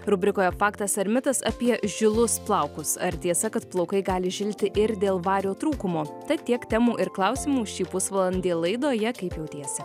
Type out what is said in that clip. rubrikoje faktas ar mitas apie žilus plaukus ar tiesa kad plaukai gali žilti ir dėl vario trūkumo tai tiek temų ir klausimų šį pusvalandį laidoje kaip jautiesi